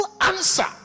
answer